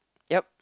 yup